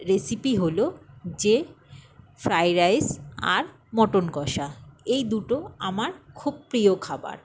recipe হলো যে fried rice আর মটন কষা এই দুটো আমার খুব প্রিয় খাবার